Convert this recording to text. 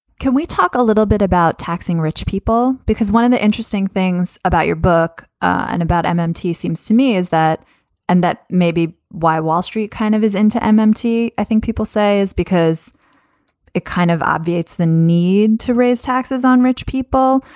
can we talk a little bit about taxing rich people, because one of the interesting things about your book and about um um mmt seems to me is that and that may be why wall street kind of is into um um mmt. i think people say is because it kind of obviates the need to raise taxes on rich people.